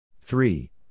Three